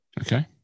Okay